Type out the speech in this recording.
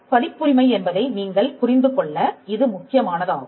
பதிப்புரிமை என்பதை நீங்கள் புரிந்துகொள்ள இது முக்கியமானதாகும்